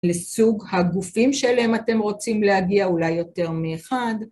לסוג הגופים שאליהם אתם רוצים להגיע, אולי יותר מאחד.